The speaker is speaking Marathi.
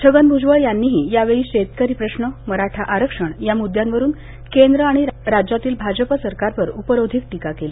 छगन भुजवळ यांनीही यावेळी शेतकरी प्रश्न मराठा आरक्षण या मुद्यांवरून केंद्र आणि राज्यातील भाजपा सरकारवर उपरोधिक टीका केली